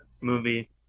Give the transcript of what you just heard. movie